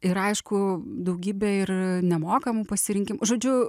ir aišku daugybė ir nemokamų pasirinkimų žodžiu